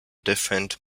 different